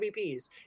MVPs